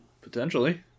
Potentially